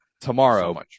Tomorrow